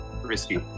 risky